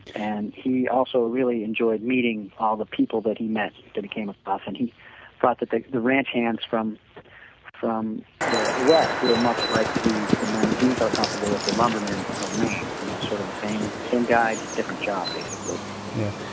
and he also really enjoyed meeting all the people that he met, that he came across and he thought that that the ranch hands from from the west were much like the the men that he felt comfortable with, the lumberman of maine, you know, sort of the same and guy, different job basically yeah,